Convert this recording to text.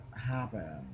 happen